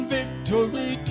victory